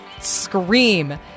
scream